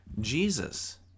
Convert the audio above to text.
Jesus